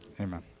Amen